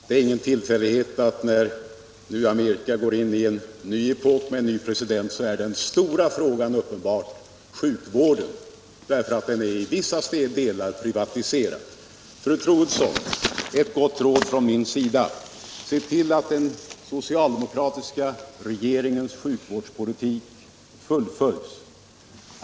Det är ingen tillfällighet att när USA nu går in i en ny epok med en ny president är den stora frågan uppenbarligen sjukvården, därför att den i vissa delar är privatiserad. Fru Troedsson, ett gott råd från mig: Se till att den socialdemokratiska regeringens sjukvårdspolitik fullföljs!